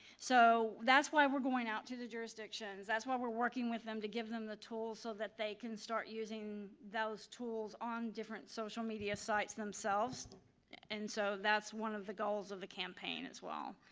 so that's why we're going out to the jursz depictions, that's why we're working with them to give them the tools so that they can start using those tools on different social media sites themselves and so that's one of the goals of the campaign as well.